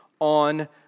on